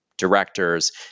directors